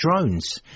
drones